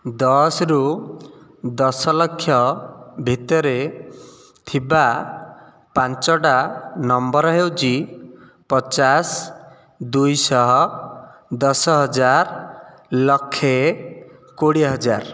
ଦଶ ରୁ ଦଶ ଲକ୍ଷ ଭିତରେ ଥିବା ପାଞ୍ଚଟା ନମ୍ବର ହେଉଛି ପଚାଶ ଦୁଇ ଶହ ଦଶ ହଜାର ଲକ୍ଷେ କୋଡ଼ିଏ ହଜାର